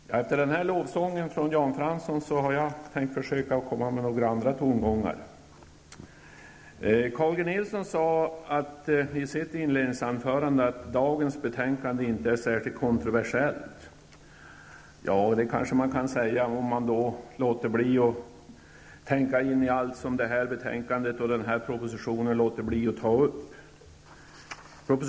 Herr talman! Efter den här lovsången från Jan Fransson har jag tänkt komma med några andra tongångar. Carl G Nilsson sade i sitt inledningsanförande att dagens betänkande inte är särskilt kontroversiellt. Det kan man kanske säga om man låter bli att tänka på allt som betänkandet och propositionen inte tar upp.